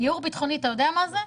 ייעור ביטחוני, אתה יודע מה זה?